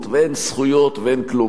אזרחי ישראל, לא במקרה, אז בואו לא ניתמם.